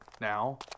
now